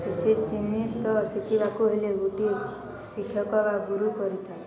କିଛି ଜିନିଷ ଶିଖିବାକୁ ହେଲେ ଗୋଟିଏ ଶିକ୍ଷକ ବା ଗୁରୁ କରିଥାଏ